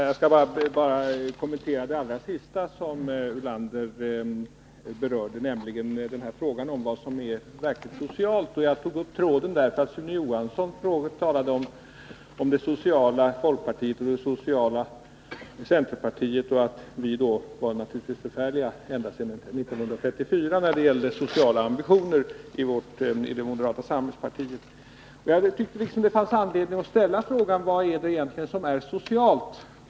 Herr talman! Jag skall kommentera det allra sista Lars Ulander berörde, nämligen frågan om vad som är verkligt socialt. Jag tog upp den tråden därför att Sune Johansson talade om det sociala folkpartiet och det sociala centerpartiet, medan vi i moderata samlingspartiet naturligtvis har varit förfärliga ända sedan 1934 när det gäller sociala ambitioner. Jag tyckte att det fanns anledning att ställa frågan: Vad är det egentligen som är socialt?